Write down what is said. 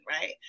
right